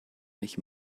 mich